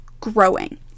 growing